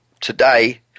Today